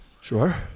Sure